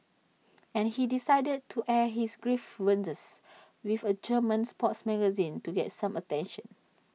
and he decided to air his grievances with A German sports magazine to get some attention